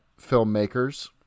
filmmakers